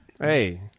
Hey